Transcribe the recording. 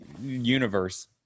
universe